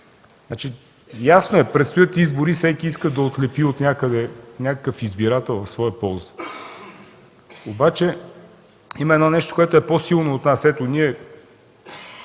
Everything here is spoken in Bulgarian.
си. Ясно е, предстоят избори и всеки иска да отлепи отнякъде някакъв избирател в своя полза. Обаче има едно нещо, което е по-силно от нас. Аз съм